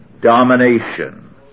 domination